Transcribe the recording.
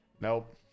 Nope